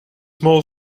more